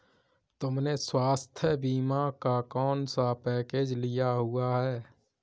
तुमने स्वास्थ्य बीमा का कौन सा पैकेज लिया हुआ है?